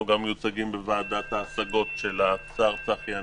אנחנו מיוצגים גם בוועדת ההשגות בראשות השר צחי הנגבי,